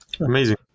amazing